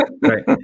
right